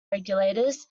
regulators